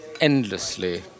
endlessly